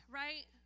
right